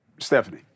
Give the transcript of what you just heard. Stephanie